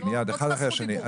אחד אחרי השני.